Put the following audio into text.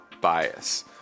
bias